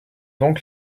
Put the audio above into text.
donc